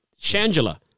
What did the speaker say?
Shangela